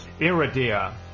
Iridia